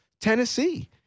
Tennessee